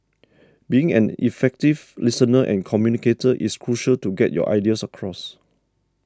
being an effective listener and communicator is crucial to get your ideas across